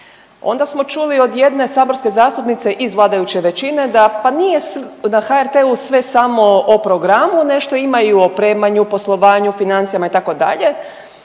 Onda smo čuli od jedne saborske zastupnice iz vladajuće većine da, pa nije .../nerazumljivo/... da HRT-u sve samo o programu, nešto ima i u opremanju, poslovanju, financijama, itd.,